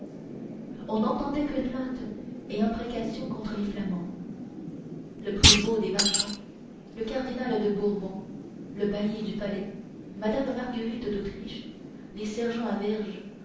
on n'entendait que plaintes et imprécations contre les flamands le prévôt des marchands le cardinal de bourbon le bailli du palais madame marguerite d'autriche les sergents à verge